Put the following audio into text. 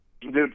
dude